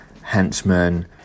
henchmen